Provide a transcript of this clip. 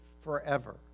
forever